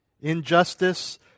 injustice